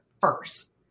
first